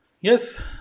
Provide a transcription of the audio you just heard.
yes